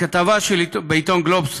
בכתבה בעיתון "גלובס"